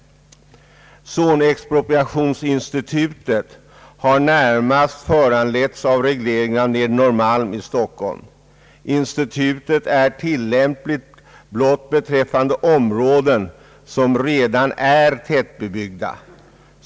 Zonexpropriationsinstitutet har närmast föranletts av regleringen av Nedre Norrmalm i Stockholm. Institutet är tillämpligt blott beträffande områden som redan är tätbebyggda.